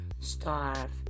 starve